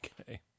Okay